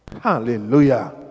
Hallelujah